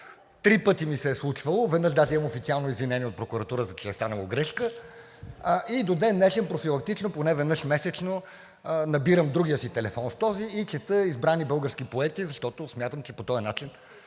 Три пъти ми се е случвало. Веднъж даже имам официално извинение от прокуратурата, че е станала грешка, и до ден днешен профилактично поне веднъж месечно набирам другия си телефон с този и чета избрани български поети, защото смятам, че по този начин